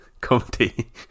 comedy